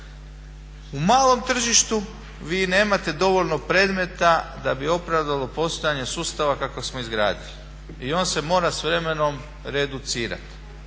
u malom tržištu vi nemate dovoljno predmeta da bi opravdalo postojanje sustava kakav smo izgradili i on se mora s vremenom reducirati.